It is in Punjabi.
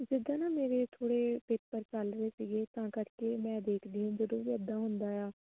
ਜਿੱਦਾਂ ਨਾ ਮੇਰੇ ਥੋੜ੍ਹੇ ਪੇਪਰ ਚੱਲ ਰਹੇ ਸੀਗੇ ਤਾਂ ਕਰਕੇ ਮੈਂ ਦੇਖਦੀ ਜਦੋਂ ਐਦਾਂ ਹੁੰਦਾ ਆ